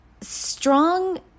Strong